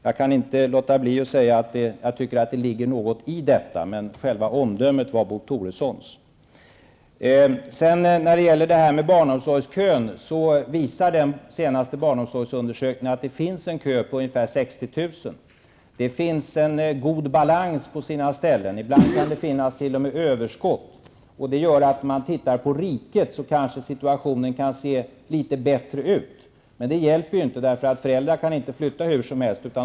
Jag kan inte låta bli att säga att jag tycker att det ligger någonting i detta, men själva omdömet var Bo Toressons. När det gäller barnomsorgskön visar den senaste barnomsorgsundersökningen att det finns en kö på ungefär 60 000 barn. På sina ställen är balansen god -- ibland kan det t.o.m. finnas ett överskott av platser, vilket gör att om man ser till riket som helhet kan situationen i vissa fall se litet bättre ut. Men det hjälper inte, för föräldrar kan inte flytta hur som helst.